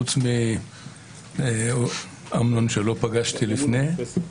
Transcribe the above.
חוץ מאמנון שלא פגשתי לפני כן.